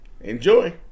Enjoy